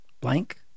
blank